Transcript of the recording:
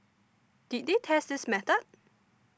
did they test this method